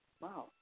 wow